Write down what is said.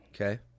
okay